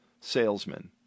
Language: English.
salesman